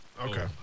Okay